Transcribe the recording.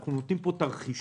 שאנחנו נותנים תרחישים,